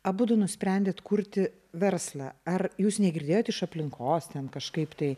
abudu nusprendėt kurti verslą ar jūs negirdėjot iš aplinkos ten kažkaip tai